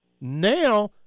Now